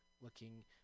looking